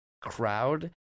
crowd